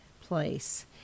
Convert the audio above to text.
place